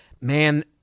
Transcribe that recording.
man